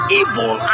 evil